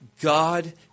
God